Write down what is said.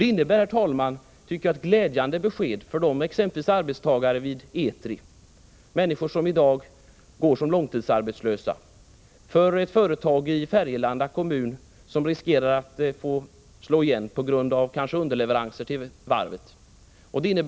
Jag tycker att det innebär ett glädjande besked för arbetstagare vid exempelvis Etri — människor som i dag går som långtidsarbetslösa — och för ett företag i Färjelanda kommun, som riskerar att få slå igen därför att underleveranserna till varvet kommer att upphöra.